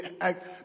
act